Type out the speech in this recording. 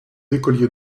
écoliers